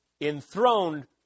enthroned